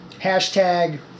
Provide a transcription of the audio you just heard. hashtag